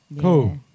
Cool